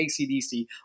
ACDC